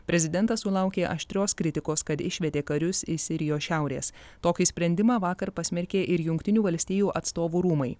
prezidentas sulaukė aštrios kritikos kad išvedė karius iš sirijos šiaurės tokį sprendimą vakar pasmerkė ir jungtinių valstijų atstovų rūmai